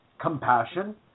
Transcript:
compassion